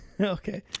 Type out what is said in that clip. okay